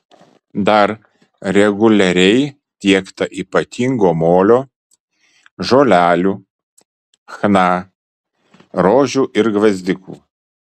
dar reguliariai tiekta ypatingo molio žolelių chna rožių ir gvazdikų